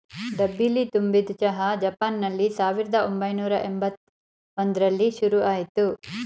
ಡಬ್ಬಿಲಿ ತುಂಬಿದ್ ಚಹಾ ಜಪಾನ್ನಲ್ಲಿ ಸಾವಿರ್ದ ಒಂಬೈನೂರ ಯಂಬತ್ ಒಂದ್ರಲ್ಲಿ ಶುರುಆಯ್ತು